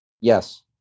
Yes